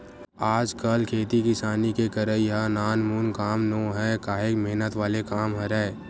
आजकल खेती किसानी के करई ह नानमुन काम नोहय काहेक मेहनत वाले काम हरय